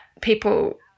people